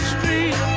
Street